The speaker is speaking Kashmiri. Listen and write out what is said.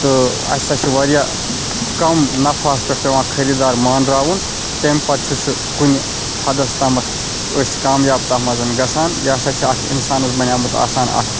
تہٕ اَسہِ ہَسا چھُ واریاہ کَم نَفہَس پٮ۪ٹھ پٮ۪وان خریٖدار مانراوُن تمہِ پَتہٕ چھُ سُہ کُنہِ حَدَس تامَتھ أسۍ کامیاب تَتھ منٛز گژھان یہِ ہَسا چھِ اَکھ اِنسانَس بَنیومُت آسان اَکھ